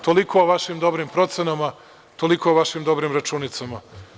Toliko o vašim dobrim procenama, toliko o vašim dobrim računicama.